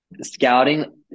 Scouting